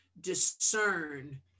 discern